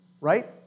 right